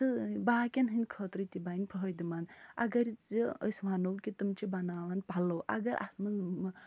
تہٕ باقین ہٕنٛدۍ خٲطرٕ تہِ بنہِ فٲہدٕ منٛد اگر زِ أسۍ وَنو کہِ تِم چھِ بناوان پَلو اگر اَتھ منٛز